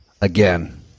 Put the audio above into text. again